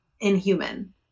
inhuman